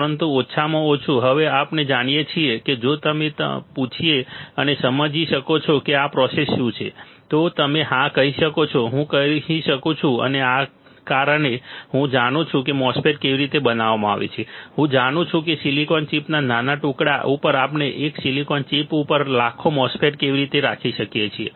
પરંતુ ઓછામાં ઓછું આપણે હવે જાણીએ છીએ કે જો કોઈ તમને પૂછે કે તમે સમજી શકો છો કે આ પ્રોસેસ શું છે તો તમે હા કહી શકો છો હું કરી શકું છું અને કારણ કે હું જાણું છું કે MOSFET કેવી રીતે બનાવવામાં આવે છે હું જાણું છું કે સિલિકોન ચિપના નાના ટુકડા ઉપર આપણે એક સિલિકોન ચિપ ઉપર લાખો MOSFET કેવી રીતે રાખી શકીએ છીએ